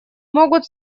могут